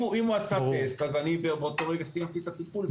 אם הוא עשה טסט אז באותו רגע סיימתי את הטיפול.